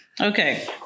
Okay